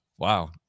Wow